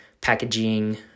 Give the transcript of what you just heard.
packaging